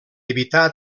evitar